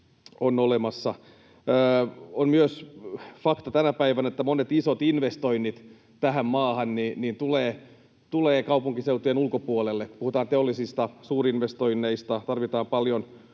ovat olemassa. On myös fakta tänä päivänä, että monet isot investoinnit tähän maahan tulevat kaupunkiseutujen ulkopuolelle. Kun puhutaan teollisista suurinvestoinneista, tarvitaan paljon